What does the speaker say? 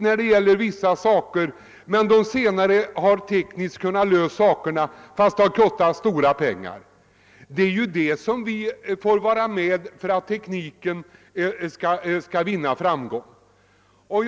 med vissa saker men som senare har kunnat lösa de tekniska problemen, även om det kostat mycket pengar — sådant måste ibland inträffa, om tekniken skall kunna gå framåt.